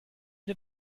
did